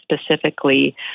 specifically